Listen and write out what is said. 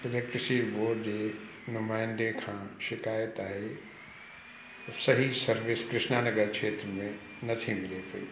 electricity board जे नुमाईंदे खां शिकायत आहे त सही सर्विस कृष्णा नगर क्षेत्र में नथी मिले पई